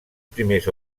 primers